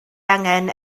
angen